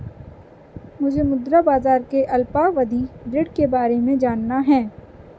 मुझे मुद्रा बाजार के अल्पावधि ऋण के बारे में जानना है